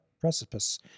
precipice